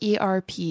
ERP